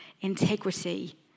integrity